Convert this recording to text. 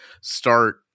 start